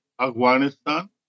Afghanistan